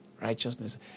Righteousness